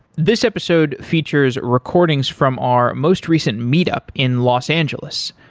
this episode features recordings from our most recent meetup in los angeles.